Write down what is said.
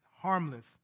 harmless